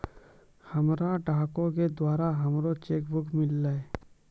हमरा डाको के द्वारा हमरो चेक बुक मिललै